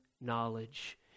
knowledge